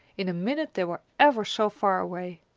in a minute they were ever so far away.